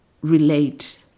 relate